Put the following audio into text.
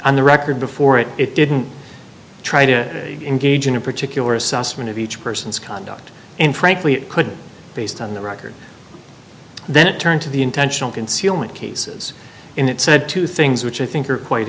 on the record before it it didn't try to engage in a particular assessment of each person's conduct and frankly it could based on the record then it turned to the intentional concealment cases in it said two things which i think are quite